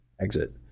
exit